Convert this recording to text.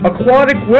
Aquatic